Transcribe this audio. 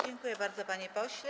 Dziękuję bardzo, panie pośle.